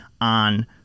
on